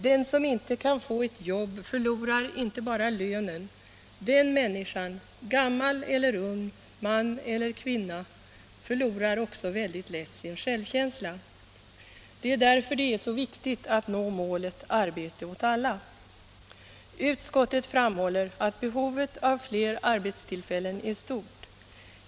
Den som inte kan få ett jobb förlorar inte bara lönen; den människan, gammal eller ung, man eller kvinna, förlorar också väldigt lätt sin självkänsla. Därför är det så viktigt att nå målet arbete åt alla. Utskottet framhåller att behovet av fler arbetstillfällen är stort.